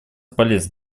полезным